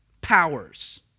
powers